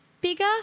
bigger